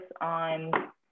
on